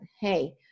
hey